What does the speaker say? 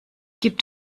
gibt